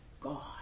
God